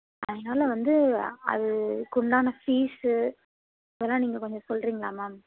ஃபைனல்லாக வந்து அதுக்கு உண்டான ஃபீஸ்ஸு அதெல்லாம் நீங்கள் கொஞ்சம் சொல்கீறிங்களா மேம்